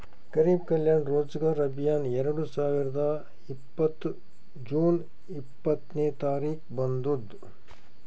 ಗರಿಬ್ ಕಲ್ಯಾಣ ರೋಜಗಾರ್ ಅಭಿಯಾನ್ ಎರಡು ಸಾವಿರದ ಇಪ್ಪತ್ತ್ ಜೂನ್ ಇಪ್ಪತ್ನೆ ತಾರಿಕ್ಗ ಬಂದುದ್